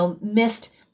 missed